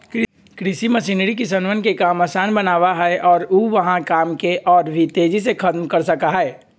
कृषि मशीनरी किसनवन के काम के आसान बनावा हई और ऊ वहां काम के और भी तेजी से खत्म कर सका हई